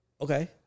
Okay